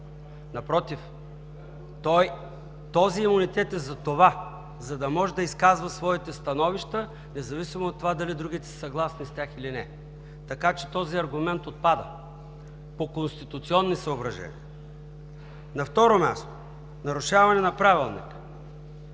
Напротив! Този имунитет е затова, за да може да изказва своите становища, независимо дали другите са съгласни с тях или не. Така че този аргумент отпада по конституционни съображения. На второ място – нарушаване на Правилника.